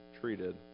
treated